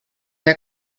der